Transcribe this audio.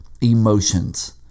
emotions